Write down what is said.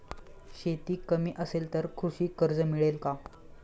शेती कमी असेल तर कृषी कर्ज मिळेल का?